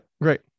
great